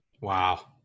Wow